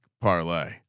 Parlay